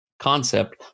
concept